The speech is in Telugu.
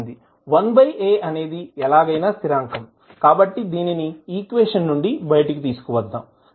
1a అనేది ఎలాగైనా స్థిరాంకం కాబట్టి దీనిని ఈక్వేషన్ నుండి బయటకు తీసుకు వద్దాం